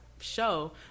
show